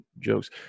jokes